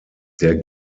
der